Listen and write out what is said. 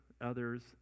others